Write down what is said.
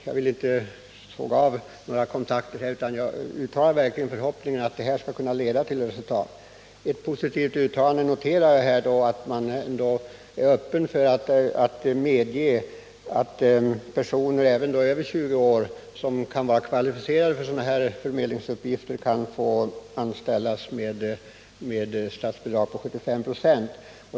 Jag vill inte såga av några kontakter här utan uttalar verkligen förhoppningen att det här skall kunna leda till resultat. Ett positivt uttalande noterar jag ändå, nämligen att man är öppen för att medge att även personer över 20 år som kan vara kvalificerade för sådana här arbetsuppgifter kan få anställas med statligt bidrag på 75 26.